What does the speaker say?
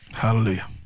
Hallelujah